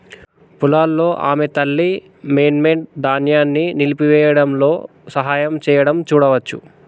పొలాల్లో ఆమె తల్లి, మెమ్నెట్, ధాన్యాన్ని నలిపివేయడంలో సహాయం చేయడం చూడవచ్చు